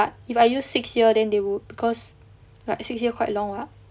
but if I use six year then they would because like six year quite long [what]